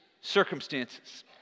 circumstances